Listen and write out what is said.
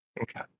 Okay